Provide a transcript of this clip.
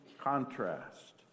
contrast